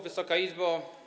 Wysoka Izbo!